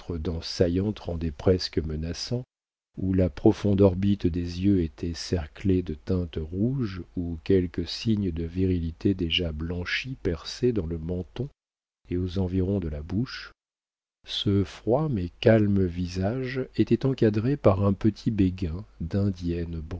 saillantes rendaient presque menaçant où la profonde orbite des yeux était cerclée de teintes rouges où quelques signes de virilité déjà blanchis perçaient dans le menton et aux environs de la bouche ce froid mais calme visage était encadré par un petit béguin d'indienne